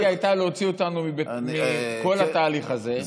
עמדת סיעתי הייתה להוציא אותנו מכל התהליך הזה,